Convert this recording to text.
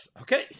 okay